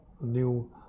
new